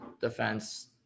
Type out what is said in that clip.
defense